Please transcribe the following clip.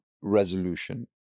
resolution